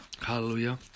Hallelujah